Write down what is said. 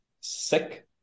Sick